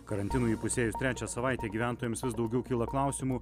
karantinui įpusėjus trečią savaitę gyventojams vis daugiau kyla klausimų